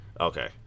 Okay